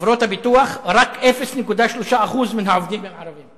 חברות הביטוח, רק 0.3% מן העובדים הם ערבים.